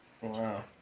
Wow